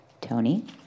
Tony